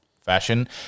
Fashion